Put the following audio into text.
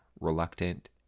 reluctant